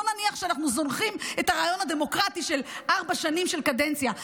בוא נניח שאנחנו זונחים את הרעיון הדמוקרטי של ארבע שנים של קדנציה,